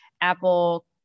Apple